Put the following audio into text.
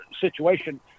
situation